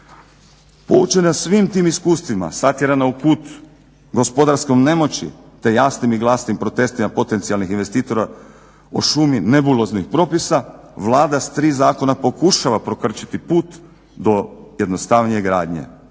Poučena svim tim iskustvima, satjerana u kut gospodarskom nemoći te jasnim i glasnim protestima potencijalnih investitora o šumi nebuloznih propisa Vlada sa tri zakona pokušava prokrčiti put do jednostavnije gradnje.